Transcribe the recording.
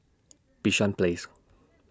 Bishan Place